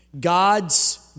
God's